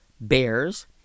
bears